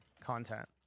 content